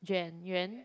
Jan-Yuan